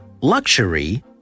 luxury